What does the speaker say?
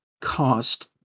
cost